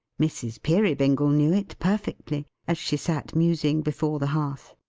mrs. peerybingle knew it, perfectly, as she sat musing, before the hearth.